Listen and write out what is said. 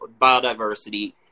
biodiversity